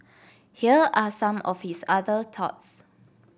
here are some of his other thoughts